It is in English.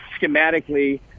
schematically